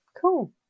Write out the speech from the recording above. Cool